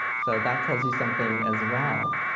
so that tells you something as well.